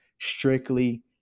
strictly